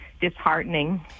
disheartening